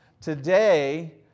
Today